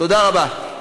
תודה רבה.